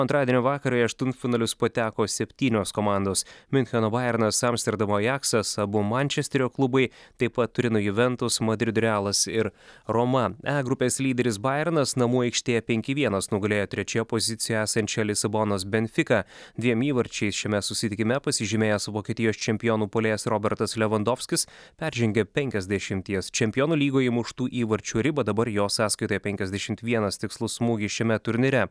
antradienio vakarą į aštuntfinalius pateko septynios komandos miuncheno bajernas amsterdamo ajaksas abu mančesterio klubai taip pat turino juventus madrido realas ir roma e grupės lyderis bajernas namų aikštėje penki vienas nugalėjo trečioje pozicijoje esančią lisabonos benfiką dviem įvarčiais šiame susitikime pasižymėjęs vokietijos čempionų puolėjas robertas levandovskis peržengė penkiasdešimties čempionų lygoje įmuštų įvarčių ribą dabar jo sąskaitoje penkiasdešimt vienas tikslus smūgis šiame turnyre